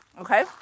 Okay